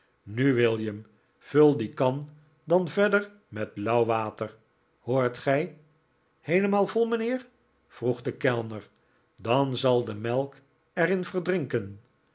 nu william vul die kan dan verder met lauw water hoort gij heelemaal vol mijnheer vroeg de kellner dan zal de melk er in verdrinken